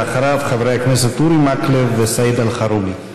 ואחריו, חברי הכנסת אורי מקלב וסעיד אלחרומי.